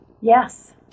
Yes